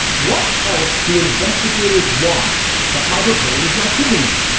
what else do investigators want that michael cohen is not giving them?